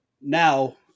Now